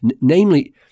Namely